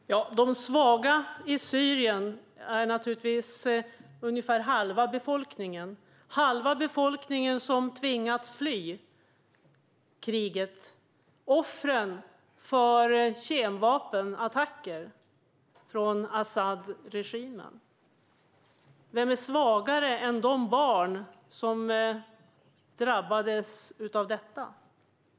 Fru talman! De svaga i Syrien är den halvan av befolkningen som har tvingats fly kriget och offren för Asadregimens kemvapenattacker. Vilka är svagare än de barn som drabbades av detta?